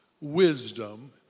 wisdom